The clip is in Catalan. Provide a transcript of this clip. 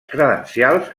credencials